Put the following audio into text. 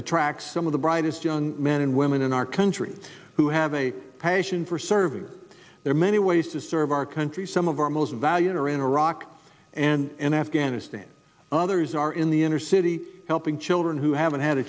attract some of the brightest young men and women in our country who have a passion for service there are many ways to serve our country some of our most valued are in iraq and afghanistan others are in the inner city helping children who haven't had a